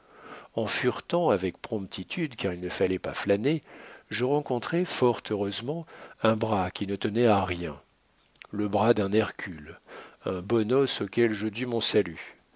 en furetant avec promptitude car il ne fallait pas flâner je rencontrai fort heureusement un bras qui ne tenait à rien le bras d'un hercule un bon os auquel je dus mon salut